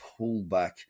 pullback